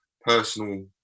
personal